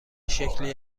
شکلی